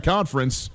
Conference